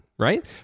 right